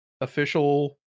official